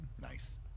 Nice